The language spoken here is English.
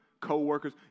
co-workers